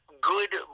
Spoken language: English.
good